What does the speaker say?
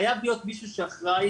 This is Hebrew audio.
חייב להיות מישהו שאחראי